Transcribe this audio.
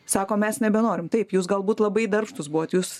sako mes nebenorim taip jūs galbūt labai darbštūs buvot jūs